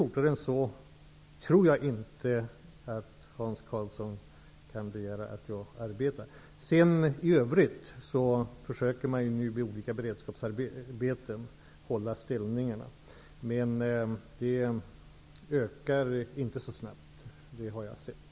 Jag tror inte att Hans Karlsson kan begära att jag arbetar mycket fortare än så. I övrigt försöker man nu att hålla ställningarna med olika beredskapsarbeten. Men de ökar inte så snabbt. Det har jag sett.